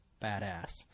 badass